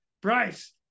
Bryce